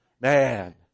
man